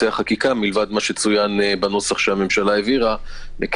החקיקה מלבד מה שצוין בנוסח שהממשלה העבירה כי